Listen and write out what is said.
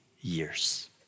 years